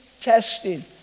testing